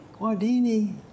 Guardini